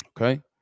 okay